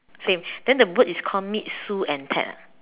same then the bird is called meet Sue and Ted ah